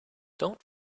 don‘t